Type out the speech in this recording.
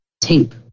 tape